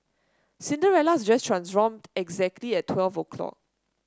Cinderella's dress transformed exactly at twelve o'clock